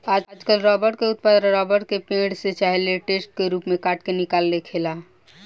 आजकल रबर के उत्पादन रबर के पेड़, से चाहे लेटेक्स के रूप में काट के निकाल के होखेला